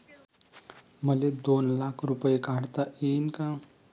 मले दोन लाख रूपे काढता येईन काय?